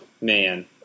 man